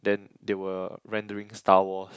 then they were rendering Star Wars